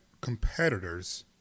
competitors